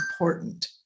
important